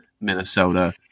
Minnesota